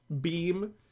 beam